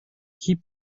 keep